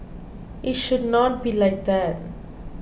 it should not be like that